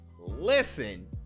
listen